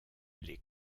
les